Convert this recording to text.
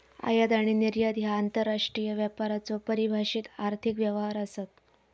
आयात आणि निर्यात ह्या आंतरराष्ट्रीय व्यापाराचो परिभाषित आर्थिक व्यवहार आसत